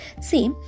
See